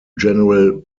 general